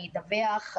אני אדווח.